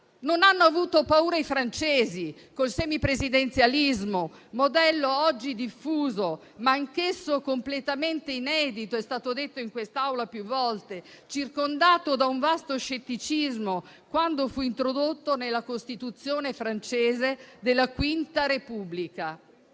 Non hanno avuto paura i francesi con il semipresidenzialismo, modello oggi diffuso ma anch'esso completamente inedito - come è stato detto in quest'Aula più volte - circondato da un vasto scetticismo quando fu introdotto nella Costituzione francese della Quinta Repubblica.